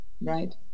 right